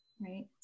right